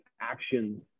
actions